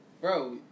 Bro